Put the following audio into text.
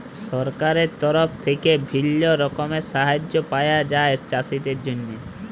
সরকারের তরফ থেক্যে বিভিল্য রকমের সাহায্য পায়া যায় চাষীদের জন্হে